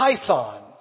Python